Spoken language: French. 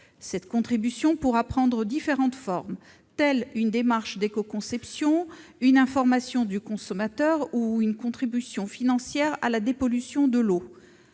Cette contribution pourra prendre différentes formes, comme une démarche d'éco-conception, une information du consommateur ou une contribution financière à la dépollution de l'eau.